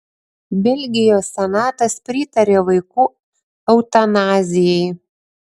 belgijos senatas pritarė vaikų eutanazijai